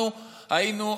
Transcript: אנחנו היינו,